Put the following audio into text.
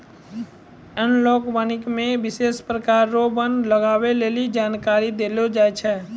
एनालाँक वानिकी मे विशेष प्रकार रो वन लगबै लेली जानकारी देलो जाय छै